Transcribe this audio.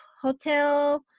hotel